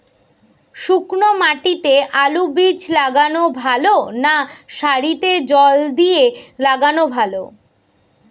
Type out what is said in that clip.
শুক্নো মাটিতে আলুবীজ লাগালে ভালো না সারিতে জল দিয়ে লাগালে ভালো?